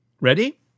Ready